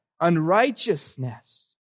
unrighteousness